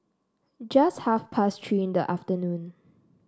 just half past Three in the afternoon